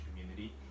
community